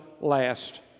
last